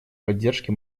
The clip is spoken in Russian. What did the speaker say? поддержке